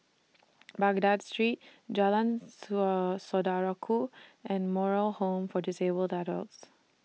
Baghdad Street Jalan Saw Saudara Ku and Moral Home For Disabled Adults